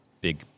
big